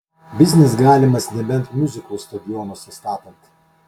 biznis galimas nebent miuziklus stadionuose statant